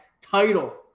title